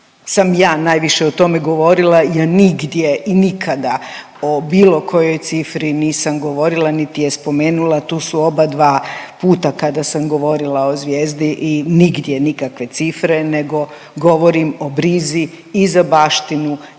sam ja najviše o tome govorila ja nigdje i nikada o bilo kojoj cifri nisam govorila niti je spomenula. Tu su obadva puta kada sam govorila o Zvijezdi i nigdje nikakve cifre, nego govorim o brizi i za baštinu